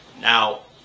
Now